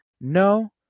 no